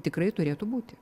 tikrai turėtų būti